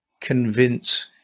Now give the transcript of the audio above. convince